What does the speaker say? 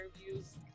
interviews